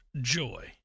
joy